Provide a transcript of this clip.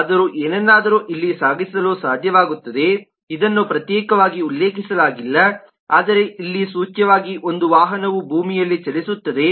ಅದು ಏನನ್ನಾದರೂ ಇಲ್ಲಿ ಸಾಗಿಸಲು ಸಾಧ್ಯವಾಗುತ್ತದೆ ಇದನ್ನು ಪ್ರತ್ಯೇಕವಾಗಿ ಉಲ್ಲೇಖಿಸಲಾಗಿಲ್ಲ ಆದರೆ ಇಲ್ಲಿ ಸೂಚ್ಯವಾಗಿ ಒಂದು ವಾಹನವು ಭೂಮಿಯಲ್ಲಿ ಚಲಿಸುತ್ತದೆ